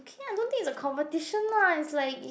K ah I don't think it's a competition lah it's like